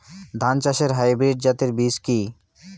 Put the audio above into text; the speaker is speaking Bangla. ধান চাষের হাইব্রিড জাতের বীজ কি?